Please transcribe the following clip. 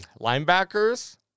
Linebackers